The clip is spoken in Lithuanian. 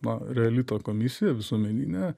na reali ta komisija visuomeninė